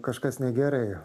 kažkas negerai